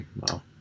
Wow